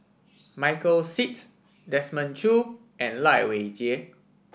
Michael Seet Desmond Choo and Lai Weijie